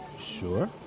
Sure